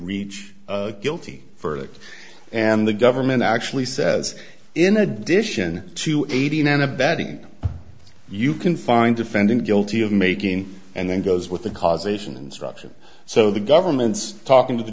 reach guilty verdict and the government actually says in addition to aiding and abetting you can find defendant guilty of making and then goes with the causation instruction so the government's talking to the